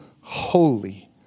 holy